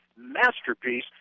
masterpiece